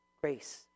grace